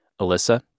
Alyssa